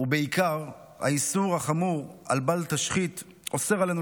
בעיקר האיסור החמור "בל תשחית" אוסר עלינו